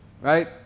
Right